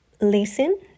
Listen